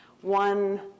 one